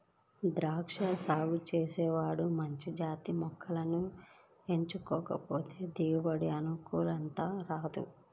దాచ్చా సాగు చేసే వాళ్ళు మంచి జాతి మొక్కల్ని ఎంచుకోకపోతే దిగుబడి అనుకున్నంతగా రాదు